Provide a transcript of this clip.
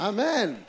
Amen